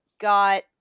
got